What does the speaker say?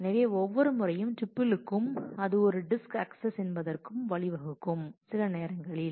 எனவே ஒவ்வொரு முறையும் ட்பியுலுக்கும் அது ஒரு டிஸ்க் அக்சஸ் என்பதற்கு வழிவகுக்கும் சில நேரங்களில்